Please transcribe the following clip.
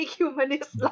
humanist